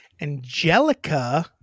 Angelica